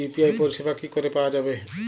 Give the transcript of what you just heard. UPI পরিষেবা কি করে পাওয়া যাবে?